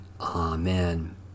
Amen